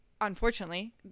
unfortunately